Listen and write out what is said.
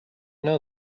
know